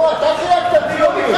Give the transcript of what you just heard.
לא, אתה חילקת ציונים.